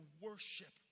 worship